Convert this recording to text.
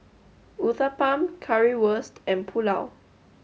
Uthapam Currywurst and Pulao